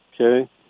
Okay